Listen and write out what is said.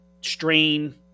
strain